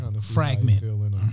Fragment